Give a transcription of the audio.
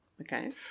Okay